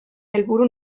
helburu